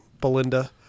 Belinda